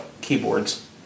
keyboards